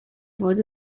fod